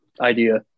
idea